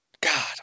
God